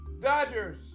Dodgers